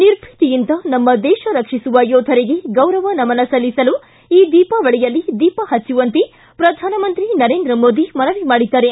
ನಿರ್ಭೀತಿಯಿಂದ ನಮ್ಮ ದೇಶ ರಕ್ಷಿಸುವ ಯೋಧರಿಗೆ ಗೌರವ ನಮನ ಸಲ್ಲಿಸಲು ಈ ದೀಪಾವಳಿಯಲ್ಲಿ ದೀಪ ಹಚ್ಚುವಂತೆ ಪ್ರಧಾನಮಂತ್ರಿ ನರೇಂದ್ರ ಮೋದಿ ಮನವಿ ಮಾಡಿದ್ದಾರೆ